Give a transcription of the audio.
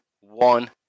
one